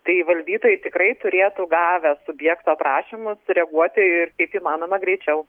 tai valdytojai tikrai turėtų gavę subjekto prašymus reaguoti ir kaip įmanoma greičiau